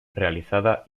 realizada